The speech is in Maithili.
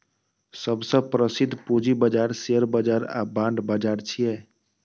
सबसं प्रसिद्ध पूंजी बाजार शेयर बाजार आ बांड बाजार छियै